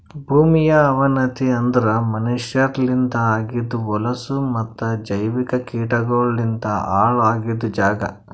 ಭೂಮಿಯ ಅವನತಿ ಅಂದುರ್ ಮನಷ್ಯರಲಿಂತ್ ಆಗಿದ್ ಹೊಲಸು ಮತ್ತ ಜೈವಿಕ ಕೀಟಗೊಳಲಿಂತ್ ಹಾಳ್ ಆಗಿದ್ ಜಾಗ್